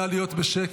נא להיות בשקט,